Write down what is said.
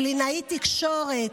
קלינאית תקשורת.